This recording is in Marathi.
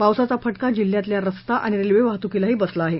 पावसाचा फटका जिल्ह्यातील्या रस्ता आणि रेल्वे वाहतूकीलाही बसला आहे